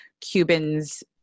Cubans